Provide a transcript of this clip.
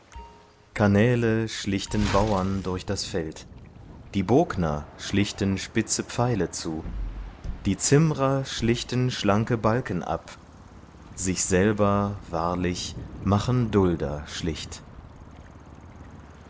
kanäle schlichten bauern durch das feld die bogner schlichten spitze pfeile zu die zimmrer schlichten schlanke balken ab sich selber wahrlich machen dulder schlicht